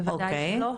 בוודאי שלא.